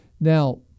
Now